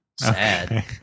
Sad